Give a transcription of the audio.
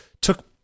took